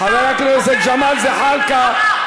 חבר הכנסת ג'מאל זחאלקה,